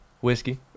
whiskey